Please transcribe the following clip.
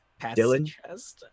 dylan